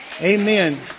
Amen